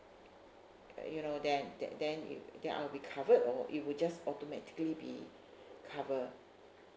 uh you know then that then I'll be covered or it would just automatically be cover